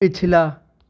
پچھلا